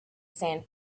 sand